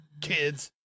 Kids